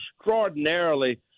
extraordinarily